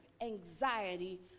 anxiety